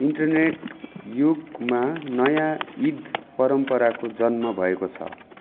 internet युगमा नयाँ ईद परम्पराको जन्म भएको छ